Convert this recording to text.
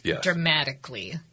dramatically